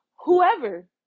Whoever